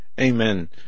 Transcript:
Amen